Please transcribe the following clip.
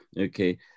okay